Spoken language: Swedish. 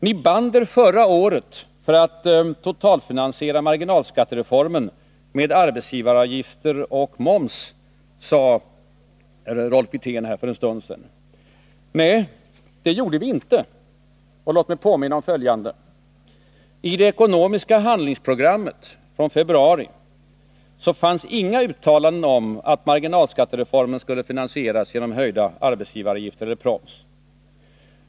Ni band er förra året för att totalfinansiera marginalskattereformen med arbetsgivaravgifter och moms, sade Rolf Wirtén här för en stund sedan. Nej, det gjorde vi inte. Låt mig påminna om följande. I det ekonomiska handlingsprogrammet från februari fanns det inga uttalanden om att marginalskattereformen skulle finansieras genom en höjning av arbetsgivaravgifterna eller genom proms.